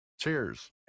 Cheers